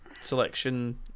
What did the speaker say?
selection